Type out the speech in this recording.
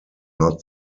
not